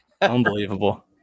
Unbelievable